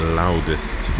loudest